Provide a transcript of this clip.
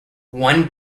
one